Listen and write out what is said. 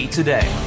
today